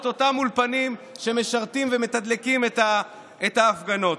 אותם אולפנים שמשרתים ומתדלקים את ההפגנות.